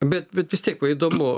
bet bet vis tiek va įdomu